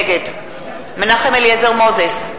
נגד מנחם אליעזר מוזס,